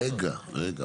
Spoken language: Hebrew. רגע, רגע.